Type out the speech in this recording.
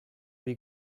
wie